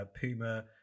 Puma